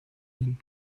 ihnen